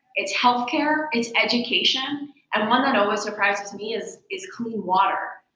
it's health care, it's education and one that almost surprised me is is clean water.